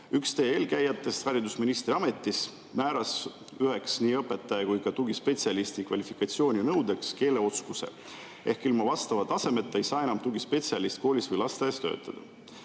Üks teie eelkäijatest haridusministri ametis määras üheks nii õpetaja kui ka tugispetsialisti kvalifikatsiooninõudeks keeleoskuse. Ehk ilma vastava tasemeta ei saa enam tugispetsialist koolis või lasteaias töötada.